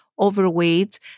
overweight